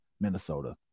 Minnesota